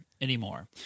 anymore